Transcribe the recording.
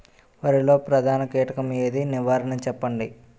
వరిలో ప్రధాన కీటకం ఏది? నివారణ చెప్పండి?